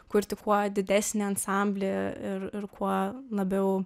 kurti kuo didesnį ansamblį ir kuo labiau